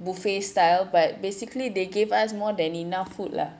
buffet style but basically they give us more than enough food lah